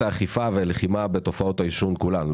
האכיפה והלחימה בתופעות העישון כולן.